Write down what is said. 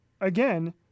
again